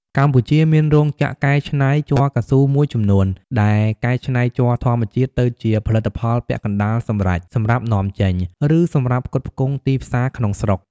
កម្ពុជាមានរោងចក្រកែច្នៃជ័រកៅស៊ូមួយចំនួន ដែលកែច្នៃជ័រធម្មជាតិទៅជាផលិតផលពាក់កណ្តាលសម្រេចសម្រាប់នាំចេញ ឬសម្រាប់ផ្គត់ផ្គង់ទីផ្សារក្នុងស្រុក។